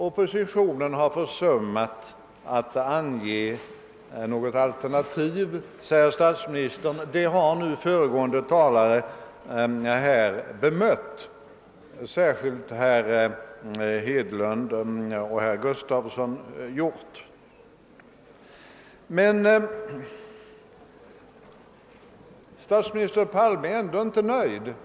Oppositionen har försummat att ange något alternativ, säger statsministern. Föregående talare har bemöt detta, särskilt herr Hedlund och herr Gustafson i Göteborg. Men statsministern Palme är ändå inte nöjd.